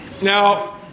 Now